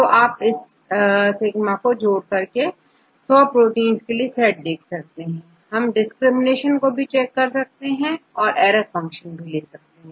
तो आप इसδ को ऐड करके100 प्रोटींस के सेट देख सकते हैं हम डिस्क्रिमिनेशन को चेक कर सकते हैं और एरर फंक्शन देख सकते हैं